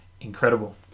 incredible